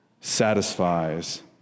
satisfies